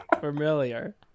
familiar